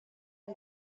على